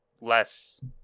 less